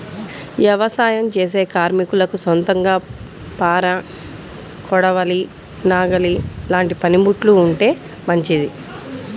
యవసాయం చేసే కార్మికులకు సొంతంగా పార, కొడవలి, నాగలి లాంటి పనిముట్లు ఉంటే మంచిది